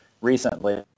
Recently